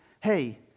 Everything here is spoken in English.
Hey